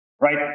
Right